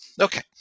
Okay